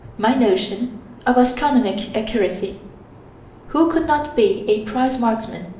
my notion of astronomic accuracy who could not be a prize marksman,